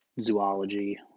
zoology